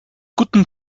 guten